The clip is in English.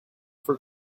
for